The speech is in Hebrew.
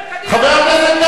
חבר הכנסת גפני,